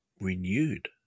renewed